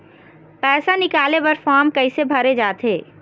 पैसा निकाले बर फार्म कैसे भरे जाथे?